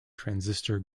transistor